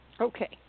Okay